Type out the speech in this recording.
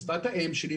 בשפת האם שלי,